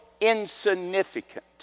insignificant